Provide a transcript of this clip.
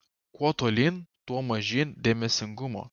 kuo tolyn tuo mažyn dėmesingumo